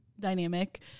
dynamic